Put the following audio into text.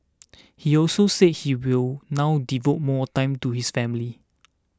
he also said he will now devote more time to his family